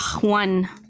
one